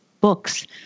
books